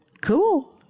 Cool